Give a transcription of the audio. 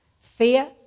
fear